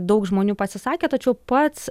daug žmonių pasisakė tačiau pats